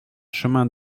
chemin